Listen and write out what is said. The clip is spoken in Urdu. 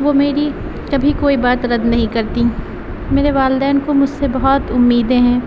وہ میری کبھی کوئی بات رد نہیں کرتیں میرے والدین کو مجھ سے بہت امیدیں ہیں